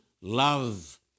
love